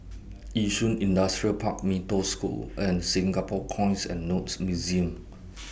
Yishun Industrial Park Mee Toh School and Singapore Coins and Notes Museum